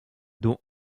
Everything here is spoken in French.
dont